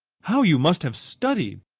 how you must have studied!